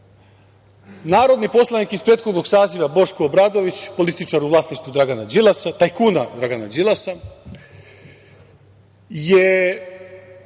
narodni poslanik iz prethodnog saziva Boško Obradović, političar u vlasništvu Dragana Đilasa,